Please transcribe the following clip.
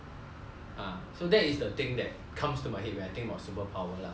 err so that is the thing that comes to my head I think what superpower lah